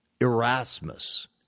Erasmus